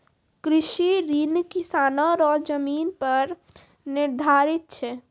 कृषि ऋण किसानो रो जमीन पर निर्धारित छै